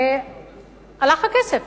והלך הכסף.